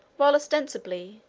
while ostensibly,